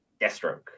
Deathstroke